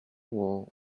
wall